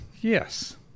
Yes